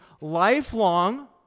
lifelong